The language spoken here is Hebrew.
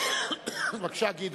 בבקשה, גדעון,